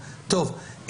היה.